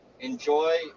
enjoy